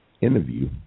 interview